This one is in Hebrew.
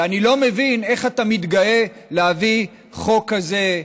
ואני לא מבין איך אתה מתגאה להביא חוק כזה,